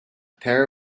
pair